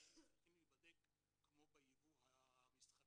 אישי צריכים להיבדק כמו ביבוא המסחרי,